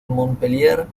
montpellier